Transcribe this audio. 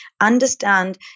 understand